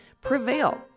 Prevail